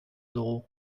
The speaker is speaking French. d’euros